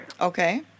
Okay